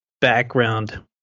background